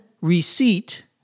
receipt